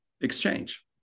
exchange